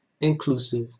inclusive